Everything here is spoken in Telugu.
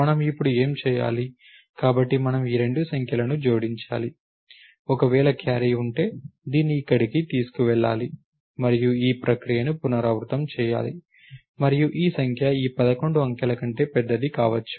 మనం ఇప్పుడు ఏమి చేయాలి కాబట్టి మనం ఈ రెండు సంఖ్యలను జోడించాలి ఒకవేళ క్యారీ ఉంటే దీన్ని ఇక్కడకు తీసుకువెళ్లాలి మరియు ఈ ప్రక్రియను పునరావృతం చేయాలి మరియు ఈ సంఖ్య ఈ 11 అంకెల కంటే పెద్దది కావచ్చు